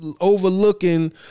overlooking